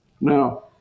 Now